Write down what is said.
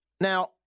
Now